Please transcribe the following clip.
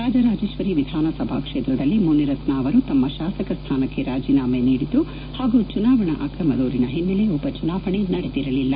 ರಾಜರಾಜೇಶ್ವರಿ ವಿಧಾನಸಭಾ ಕ್ಷೇತ್ರದಲ್ಲಿ ಮುನಿರತ್ನ ಅವರು ತಮ್ನ ಶಾಸಕ ಸ್ಟಾನಕ್ಷೆ ರಾಜೀನಾಮೆ ನೀಡಿದ್ದು ಪಾಗೂ ಚುನಾವಣಾ ಅಕ್ರಮ ದೂರಿನ ಹಿನ್ನೆಲೆ ಉಪಚುನಾವಣೆ ನಡೆದಿರಲಿಲ್ಲ